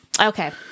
Okay